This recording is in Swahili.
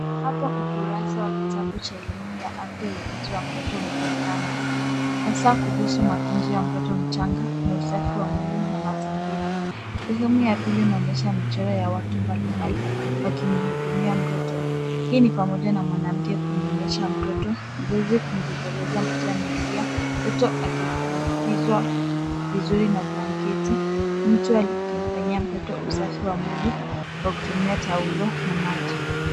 Hapa ukurasa wa kitabu cha elimu ya afya, ulinzi wa mtoto unaonekana hasaa kuhusu matunzi wa mtoto mchanga na usafi wa mwili na mazingira. Sehemu ya pili inaonyesha michoro ya watu mbali mbali wakimhudumia mtoto. Hii ni pamoja na mwanamke kumnyonyesha mtoto, mzazi kumbembeleza mtoto anayelia, mtoto akifunikizwa vizuri na blanketi mtu akimfanyia mtoto usafi wa mwili kwa kutumia taulo na maji.